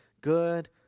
good